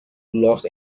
los